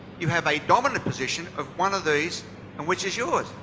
you have a dominant position of one of these and which is yours?